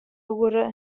oere